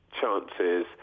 chances